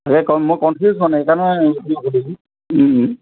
এই মই কনফিউজ মানে সেইকাৰণে তোমাক সুধিলোঁ